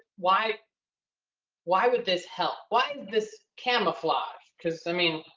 why why would this help? why did this camouflage cause i mean